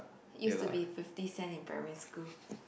used to be fifty cent in primary school